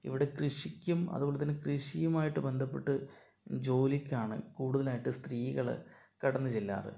ഇവിടെ കൃഷിക്കും അതുപോലെ തന്നെ കൃഷിയുമായിട്ട് ബന്ധപ്പെട്ട് ജോലിക്കാണ് കൂടുതലായിട്ടും സ്ത്രീകള് കടന്ന് ചെല്ലാറ്